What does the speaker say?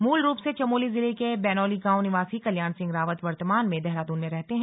मूल रूप से चमोली जिले के बैनोली गांव निवासी कल्याण सिंह रावत वर्तमान में देहरादून में रहते हैं